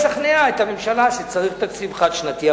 אני מתכוון לשכנע את הממשלה שצריך תקציב חד-שנתי,